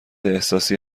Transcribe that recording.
احساسی